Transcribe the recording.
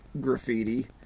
graffiti